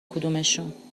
کدومشون